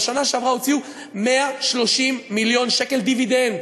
בשנה שעברה הוציאו 130 מיליון שקל דיבידנד.